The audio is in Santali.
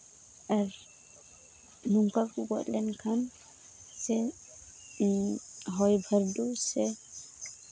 ᱟᱨ ᱱᱚᱝᱠᱟ ᱠᱚ ᱜᱚᱡ ᱞᱮᱱᱠᱷᱟᱱ ᱥᱮ ᱦᱚᱭ ᱵᱷᱟᱹᱨᱰᱩ ᱥᱮ